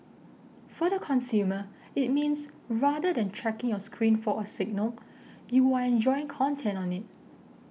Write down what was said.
for the consumer it means rather than checking your screen for a signal you're enjoying content on it